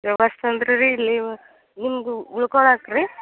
ವ್ಯವಸ್ಥೆ ಅಂದ್ರೆ ರೀ ಇಲ್ಲಿ ಇವ ನಿಮ್ಗೆ ಉಳ್ಕೊಳ್ಳಾಕೆ ರೀ